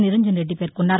నిరంజన్ రెడ్డి పేర్కొన్నారు